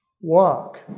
walk